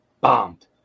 bombed